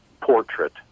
portrait